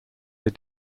they